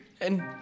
and-